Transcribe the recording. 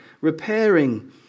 repairing